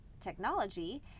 technology